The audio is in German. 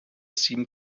sieben